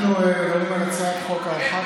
אנחנו מדברים על הצעת חוק הארכה,